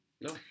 No